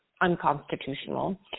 unconstitutional